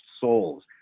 souls